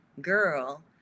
girl